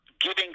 giving